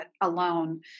alone